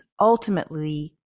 ultimately